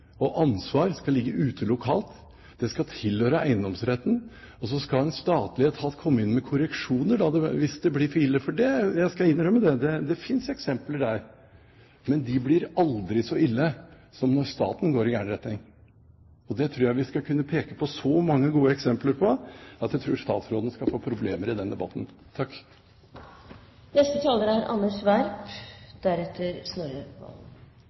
og ansvar skal ligge ute lokalt, det skal tilhøre eiendomsretten, og så skal en statlig etat komme inn med korreksjoner hvis det blir for ille. Jeg skal innrømme at det finnes eksempler der, men de blir aldri så ille som når staten går i gal retning. Jeg tror vi skal kunne peke på så mange gode eksempler at statsråden skal få problemer i den debatten.